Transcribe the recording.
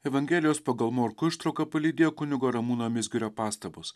evangelijos pagal morkų ištrauką palydėjo kunigo ramūno mizgirio pastabos